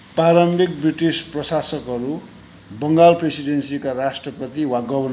पारम्भिक British प्रशासकहरू बङ्गाल प्रेसिडेन्सीका राष्ट्रपति वा गभर्नर थिए